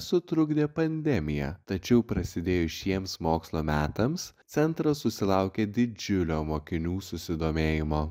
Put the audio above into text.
sutrukdė pandemija tačiau prasidėjus šiems mokslo metams centras susilaukė didžiulio mokinių susidomėjimo